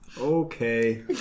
Okay